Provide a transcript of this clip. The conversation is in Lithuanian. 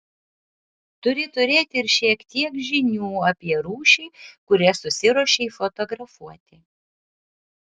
turi turėti ir šiek tiek žinių apie rūšį kurią susiruošei fotografuoti